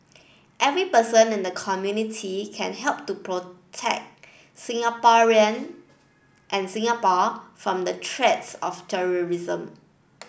every person in the community can help to protect Singaporean and Singapore from the threats of terrorism